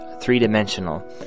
three-dimensional